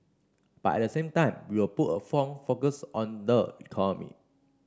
but at the same time we'll put a phone focus on the economy